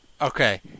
Okay